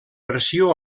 versió